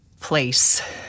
place